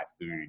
food